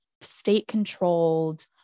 state-controlled